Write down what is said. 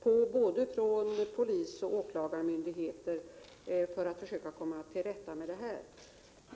med problemen, ser både polismyndigheten och åklagarmyndigheten positivt på.